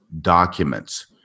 documents